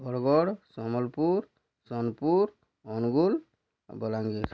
Bargarh Sambalpur Sonepur Angul Balangir